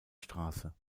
straße